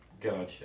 Gotcha